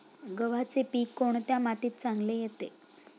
गव्हाचे पीक कोणत्या मातीत चांगले येते?